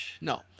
No